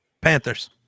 Panthers